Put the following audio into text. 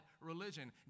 religion